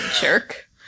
jerk